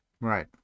Right